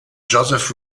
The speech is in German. joseph